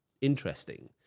interesting